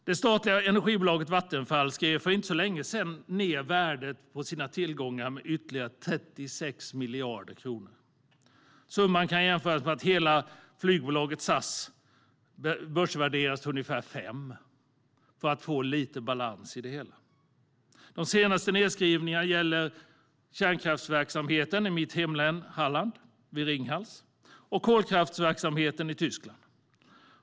Det statliga energibolaget Vattenfall skrev för inte så länge sedan ned värdet på sina tillgångar med ytterligare 36 miljarder kronor. För att få lite balans kan denna summa jämföras med att hela flygbolaget SAS börsvärderas till ungefär 5 miljarder. De senaste nedskrivningarna gäller kärnkraftsverksamheten vid Ringhals i mitt hemlän Halland och kolkraftsverksamheten i Tyskland.